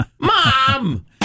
Mom